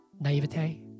Naivete